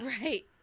Right